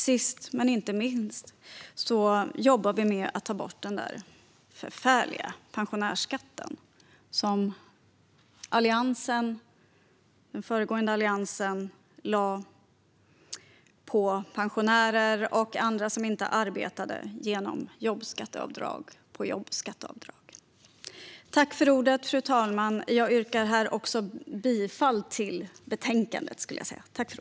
Sist men inte minst jobbar vi med att ta bort den förfärliga pensionärsskatten som den föregående Alliansen lade på pensionärer och andra som inte arbetade genom jobbskattavdrag på jobbskatteavdrag. Jag yrkar bifall till utskottets förslag i betänkandet.